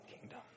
kingdom